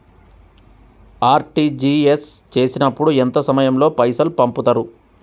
RTGS చేసినప్పుడు ఎంత సమయం లో పైసలు పంపుతరు?